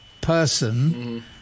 person